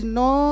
no